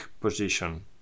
position